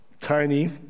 tiny